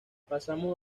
pasamos